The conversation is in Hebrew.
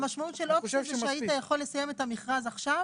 המשמעות של אופציה זה שהיית יכול לסיים את הכרז עכשיו,